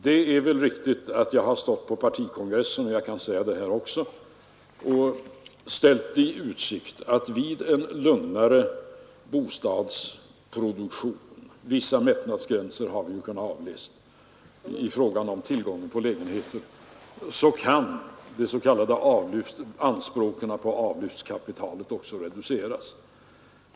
Det är riktigt att jag på partikongressen, och jag kan göra det här också, ställt i utsikt att vid en lugnare bostadsproduktion en viss mättnad har vi ju kunnat avläsa i tillgången på lägenheter — anspråken på kapital för avlyft kan reduceras.